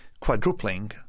quadrupling